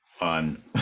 on